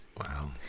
Wow